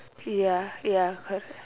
ya ya correct